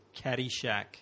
Caddyshack